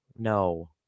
No